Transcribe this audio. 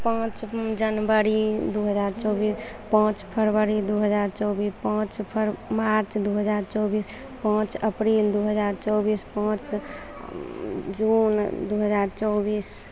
पाँच जनवरी दू हजार चौबीस पाँच फरवरी दू हजार चौबीस पाँच फर मार्च दू हजार चौबीस पाँच अप्रिल दू हजार चौबीस पाँच जून दू हजार चौबीस